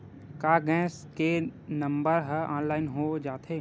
का गैस के नंबर ह ऑनलाइन हो जाथे?